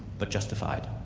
but justified.